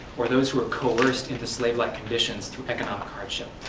or those who are coerced into slave-like conditions through economic hardship,